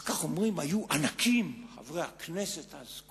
אחר כך אומרים: היו ענקים חברי הכנסת אז.